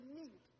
need